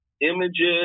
images